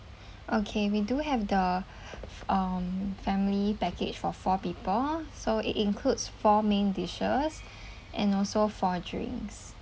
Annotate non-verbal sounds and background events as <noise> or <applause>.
okay we do have the <breath> f~ um family package for four people so it includes four main dishes <breath> and also four drinks